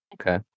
Okay